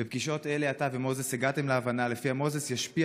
בפגישות אלו אתה ומוזס הגעתם להבנה לפיה מוזס ישפיע